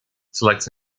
select